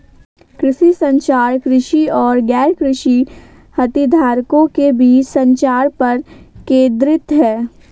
कृषि संचार, कृषि और गैरकृषि हितधारकों के बीच संचार पर केंद्रित है